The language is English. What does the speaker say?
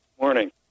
morning